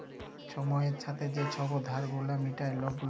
ছময়ের ছাথে যে ছব ধার গুলা মিটায় লক গুলা